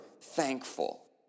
thankful